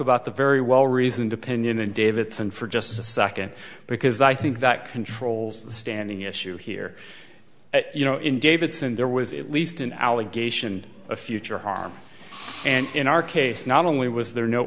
about the very well reasoned opinion and davidson for just a second because i think that controls the standing issue here you know in davidson there was at least an allegation a future harm and in our case not only was there no